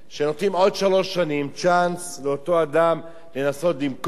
שנותנים לאותו אדם צ'אנס של עוד שלוש שנים לנסות למכור,